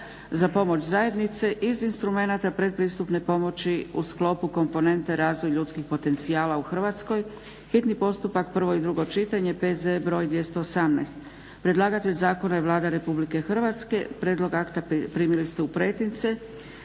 za pomoć zajednice iz instrumenata pretpristupne pomoći u sklopu komponente "Razvoj ljudskih potencijala" u Hrvatskoj, hitni postupak, prvo i drugo čitanje, P.Z. br. 218. Predlagatelj zakona je Vlada Republike Hrvatske. Prijedlog akta primili ste u pretince.